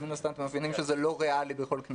מן הסתם אתם מבינים שזה לא ריאלי בכל קנה